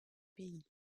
pays